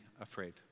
afraid